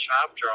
chapter